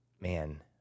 man